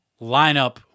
lineup